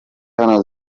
hano